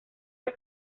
del